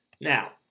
Now